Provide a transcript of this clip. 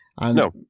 No